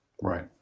Right